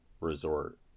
Resort